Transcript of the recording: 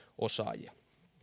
osaajia